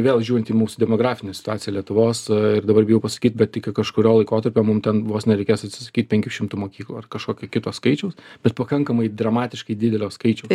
vėl žiūrint į mūsų demografinę situaciją lietuvos ir dabar bijau pasakyt bet iki kažkurio laikotarpio mum ten vos nereikės atsisakyt penkių šimtų mokyklų ar kažkokio kito skaičiaus bet pakankamai dramatiškai didelio skaičiaus